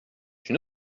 une